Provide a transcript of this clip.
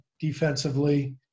defensively